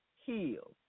healed